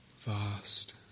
Vast